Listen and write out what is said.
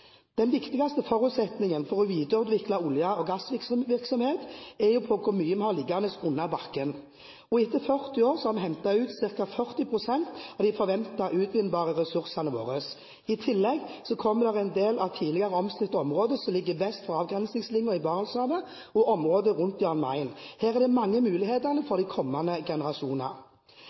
Den viktigste forutsetningen for å videreutvikle olje- og gassvirksomheten er hvor mye vi har liggende under bakken, og etter 40 år har vi hentet ut ca. 40 pst. av de forventede utvinnbare ressursene våre. I tillegg kommer en del av tidligere omstridt område som ligger vest for avgrensningslinjen i Barentshavet og området rundt Jan Mayen. Her er det mange muligheter for de kommende generasjoner!